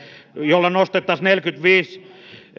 jolla nostettaisiin niitä neljäkymmentäviisi